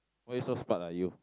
why you so smart lah you